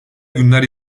günler